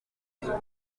isano